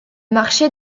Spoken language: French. marché